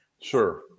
sure